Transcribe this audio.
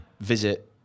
visit